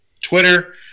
Twitter